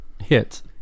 hits